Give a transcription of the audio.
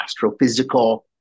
astrophysical